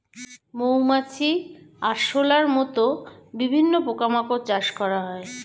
মৌমাছি, আরশোলার মত বিভিন্ন পোকা মাকড় চাষ করা হয়